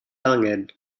angen